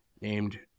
named